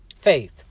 faith